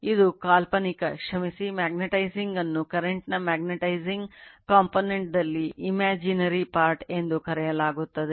V1 ಅನ್ನು reference ಎಂದು ಕರೆಯಲಾಗುತ್ತದೆ